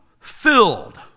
filled